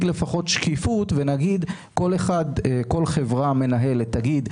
לפחות שקיפות וכל חברה מנהלת תגיד,